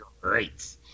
Great